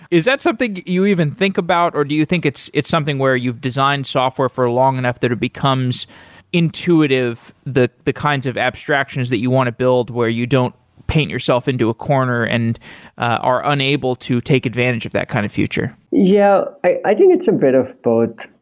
is that something you even think about or do you think it's it's something where you've designed software for long enough that it becomes intuitive, the the kinds of abstractions that you want to build where you don't paint yourself into a corner and or unable to take advantage of that kind of future. yeah. i think it's a bit of both.